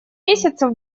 месяцев